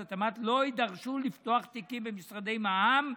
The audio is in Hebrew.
התמ"ת לא יידרשו לפתוח תיקים במשרדי מע"מ,